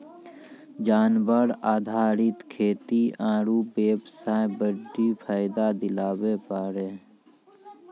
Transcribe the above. जानवर आधारित खेती आरू बेबसाय बड्डी फायदा दिलाबै पारै